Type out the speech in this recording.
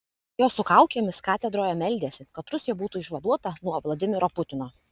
jos su kaukėmis katedroje meldėsi kad rusija būtų išvaduota nuo vladimiro putino